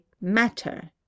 matter